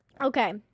Okay